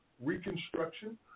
Reconstruction